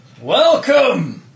Welcome